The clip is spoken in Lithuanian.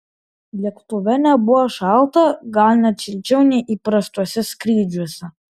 lėktuve nebuvo šalta gal net šilčiau nei įprastuose skrydžiuose